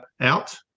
out